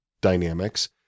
dynamics